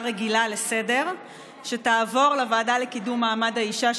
רגילה לסדר-היום שתעבור לוועדה לקידום מעמד האישה,